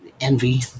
envy